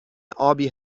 ابی